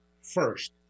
first